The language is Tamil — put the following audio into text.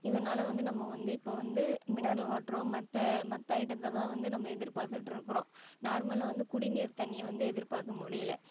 இதனால் வந்து நம்ம வந்து இப்போ வந்து மினரல் வாட்டரும் மற்ற மற்ற ஐட்டத்தை தான் வந்து நம்ம எதிர்பார்த்துட்டு இருக்கிறோம் நார்மல் வந்து குடிநீர் தண்ணியை வந்து எதிர்பார்க்க முடியிலை